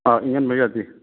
ꯑꯥ ꯏꯪꯍꯟꯕ ꯌꯥꯗꯦ